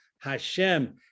Hashem